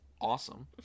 awesome